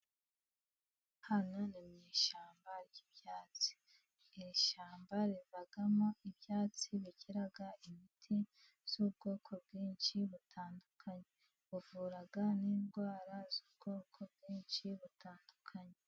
Hano ni mu ishyamba ry'ibyatsi, iri shyamba rivamo ibyatsi bira imiti y'ubwoko bwinshi butandukanye, ivura n'indwara z'ubwoko bwinshi butandukanye.